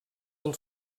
del